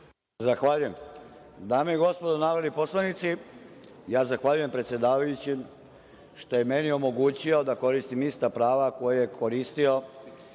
Zahvaljujem. Dame i gospodo narodni poslanici, zahvaljujem predsedavajućem što je meni omogućio da koristim ista prava koja je koristio